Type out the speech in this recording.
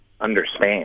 understand